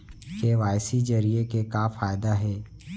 KYC जरिए के का फायदा हे?